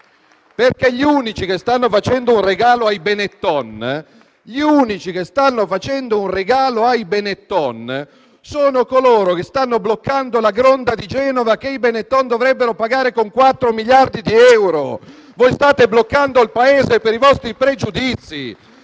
Gli unici che stanno facendo un regalo ai Benetton sono coloro che stanno bloccando la Gronda di Genova che i Benetton dovrebbero pagare con 4 miliardi di euro. Voi state bloccando il Paese per i vostri pregiudizi.